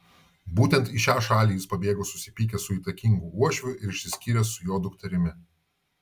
būtent į šią šalį jis pabėgo susipykęs su įtakingu uošviu ir išsiskyręs su jo dukterimi